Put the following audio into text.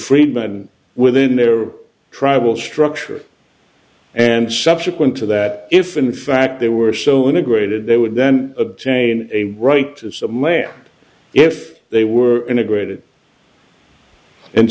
freedmen within their tribal structure and subsequent to that if in fact they were so integrated they would then obtain a right to some land if they were integrated and